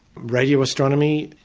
radio astronomy,